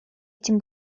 этим